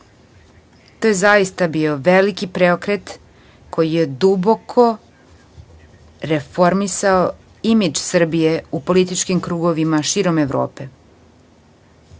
je zaista bio veliki preokret koji je duboko reformisao imidž Srbije u političkim krugovima širom Evrope.